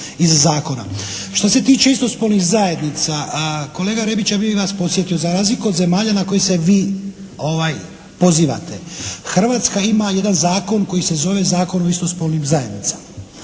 iz zakona. Što se tiče istospolnih zajednica. Kolega Rebić ja bih vas podsjetio za razliku od zemalja na koje se vi pozivate, Hrvatska ima jedan zakon koji se zove Zakon o istospolnim zajednicama.